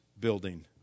building